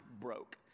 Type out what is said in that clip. broke